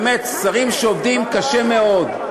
באמת, שרים שעובדים קשה מאוד.